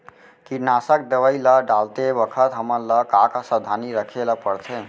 कीटनाशक दवई ल डालते बखत हमन ल का का सावधानी रखें ल पड़थे?